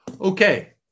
Okay